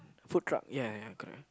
food club ya correct